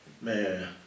man